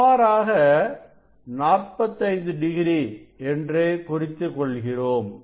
சுமாராக 45 டிகிரி என்று குறித்துக் கொள்கிறோம்